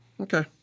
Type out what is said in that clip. Okay